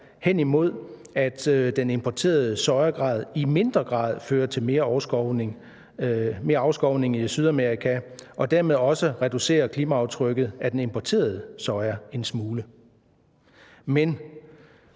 hen imod, at den importerede soja i mindre grad fører til mere afskovning i Sydamerika og dermed også reducerer klimaaftrykket af den importerede soja en smule.